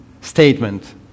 statement